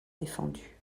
défendue